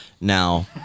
Now